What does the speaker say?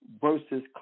versus